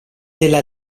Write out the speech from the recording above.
della